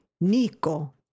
Nico